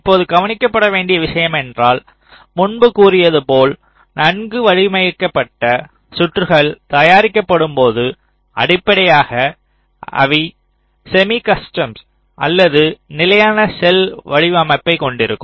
இப்போது கவனிக்கவேண்டிய விஷயம் என்னவென்றால் முன்பு கூறியது போல் நன்கு வடிவமைக்கப்பட்ட சுற்றுகள் தயாரிக்கப்படும்போது அடிப்படையாக அவை செமி கஸ்டம் அல்லது நிலையான செல் வடிவமைப்பைக் கொண்டிருக்கும்